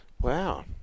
Wow